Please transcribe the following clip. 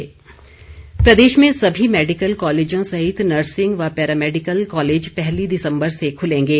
अमिताम अवस्थी प्रदेश में सभी मैडिकल कॉलेजों सहित नर्सिंग व पैरामैडिकल कॉलेज पहली दिसम्बर से खुलेंगे